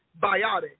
biotic